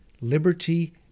liberty